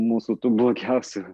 mūsų tų blogiausių